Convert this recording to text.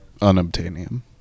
Unobtainium